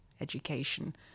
education